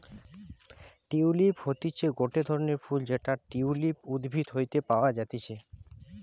tulip হতিছে গটে ধরণের ফুল যেটা টিউলিপ উদ্ভিদ হইতে পাওয়া যাতিছে